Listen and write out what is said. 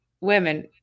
women